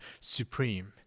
supreme